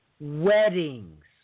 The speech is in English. weddings